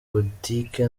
boutique